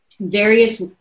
various